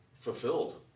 fulfilled